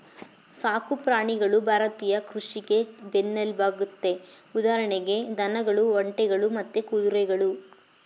ಸಾಕು ಪ್ರಾಣಿಗಳು ಭಾರತೀಯ ಕೃಷಿಗೆ ಬೆನ್ನೆಲ್ಬಾಗಯ್ತೆ ಉದಾಹರಣೆಗೆ ದನಗಳು ಒಂಟೆಗಳು ಮತ್ತೆ ಕುದುರೆಗಳು